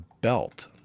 belt